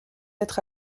être